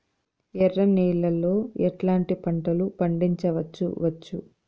ఎర్ర నేలలో ఎట్లాంటి పంట లు పండించవచ్చు వచ్చు?